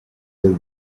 they